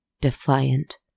defiant